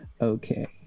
okay